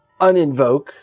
uninvoke